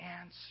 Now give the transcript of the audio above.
answer